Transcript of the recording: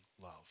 love